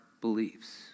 beliefs